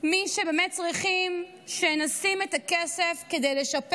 מי שבאמת צריכים שנשים את הכסף כדי לשפר